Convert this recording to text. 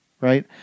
right